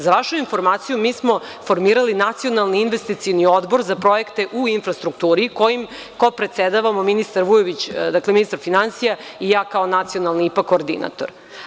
Za vašu informaciju, mi smo formirali Nacionalni investicioni odbor za projekte u infrastrukturi kojim predsedavamo ministar Vujović, ministar finansija i ja kao nacionalni IPA koordinator.